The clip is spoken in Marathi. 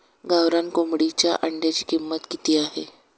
गावरान कोंबडीच्या अंड्याची किंमत किती आहे?